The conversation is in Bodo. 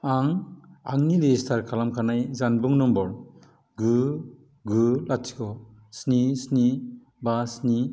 आं आंनि रेजिस्थार खालामखानाय जानबुं नम्बर गु गु लाथिख' स्नि स्नि बा स्नि